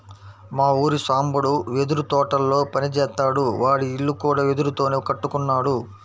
మా ఊరి సాంబడు వెదురు తోటల్లో పని జేత్తాడు, వాడి ఇల్లు కూడా వెదురుతోనే కట్టుకున్నాడు